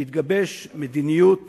תתגבש מדיניות